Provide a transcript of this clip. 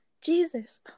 jesus